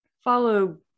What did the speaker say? follow